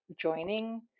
joining